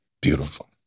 beautiful